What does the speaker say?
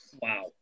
Wow